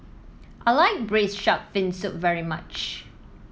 I like Braised Shark Fin Soup very much